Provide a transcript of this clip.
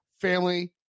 family